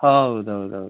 ಹೌದು ಹೌದು ಹೌದು